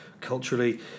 culturally